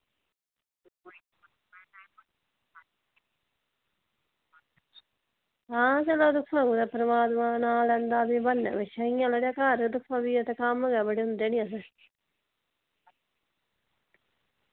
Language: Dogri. ते में हां परमात्मा नां लैंदा बंदा ब्हानै दे पिच्छें ते इंया घर फसी जा ते इत्थें बड़े कम्म होंदे असें पिच्छें